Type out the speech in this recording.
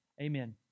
Amen